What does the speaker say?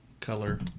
color